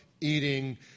eating